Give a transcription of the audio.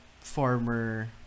former